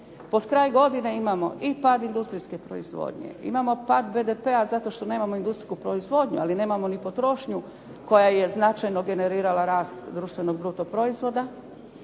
Pod kraj godine imamo i pad industrijske proizvodnje, imamo pad BDP-a zato što nemamo industrijsku proizvodnju, ali nemamo ni potrošnju koja je značajno generirala rast društveno bruto proizvoda,